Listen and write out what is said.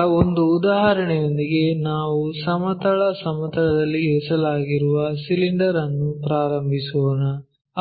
ಈಗ ಒಂದು ಉದಾಹರಣೆಯೊಂದಿಗೆ ನಾವು ಸಮತಲ ಸಮತಲದಲ್ಲಿ ಇರಿಸಲಾಗಿರುವ ಸಿಲಿಂಡರ್ ಅನ್ನು ಪ್ರಾರಂಭಿಸೋಣ